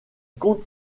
compte